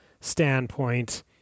standpoint